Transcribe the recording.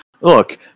look